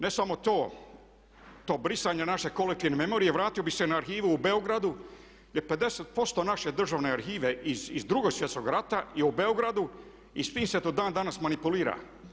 Ne samo to, to brisanje naše kolektivne memorije, vratio bih se na arhivu u Beogradu gdje 50% naše državne arhive iz 2. svjetskog rata je u Beogradu i s tim se do dan danas manipulira.